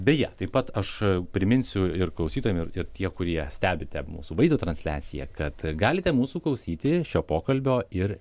beje taip pat aš priminsiu ir klausytojam ir ir tie kurie stebite mūsų vaizdo transliaciją kad galite mūsų klausyti šio pokalbio ir